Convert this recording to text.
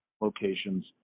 locations